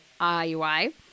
IUI